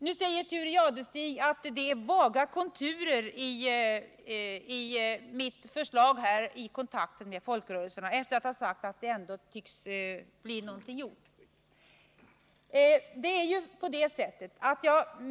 Thure Jadestig sade — efter att ha konstaterat att det ändå tycks bli någonting gjort — att det är vaga konturer i mitt förslag i kontakterna med folkrörelserna.